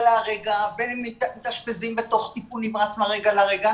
לרגע והם מתאשפזים בטיפול נמרץ מהרגע להרגע.